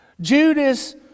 Judas